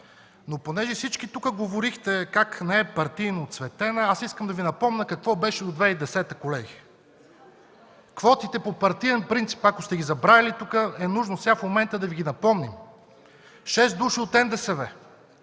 Понеже всички тук говорихте как не е партийно оцветена, искам да Ви напомня какво беше до 2010 г., колеги. Квотите по партиен принцип, ако сте ги забравили, тук е нужно в момента да Ви ги напомня: 6 души от НДСВ,